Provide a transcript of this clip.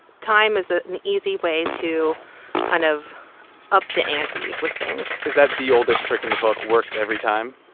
time is ah an easy way to kind of up the ante with things is that the oldest trick in the book, works every time,